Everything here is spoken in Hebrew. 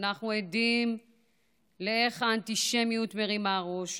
ואנחנו עדים לכך שהאנטישמיות מרימה ראש,